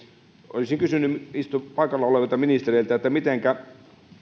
olisin kysynyt paikalla olevilta ministereiltä mitenkä